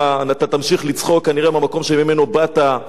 כנראה מהמקום שממנו באת: או ממצרים,